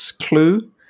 clue